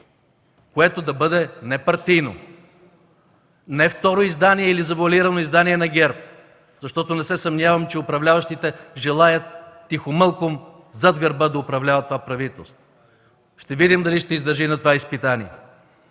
което да бъде непартийно, не второ издание или завоалирано издание на ГЕРБ, защото не се съмнявам, че управляващите желаят тихом-мълком зад гърба да управляват това правителство. Ще видим дали ще издържи на това изпитание.